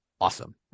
awesome